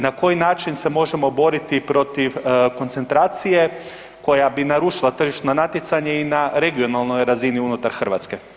Na koji način se možemo boriti protiv koncentracije koja bi na rušila tržišno natjecanje i na regionalnoj razini unutar Hrvatske?